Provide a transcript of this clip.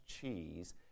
cheese